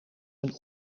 een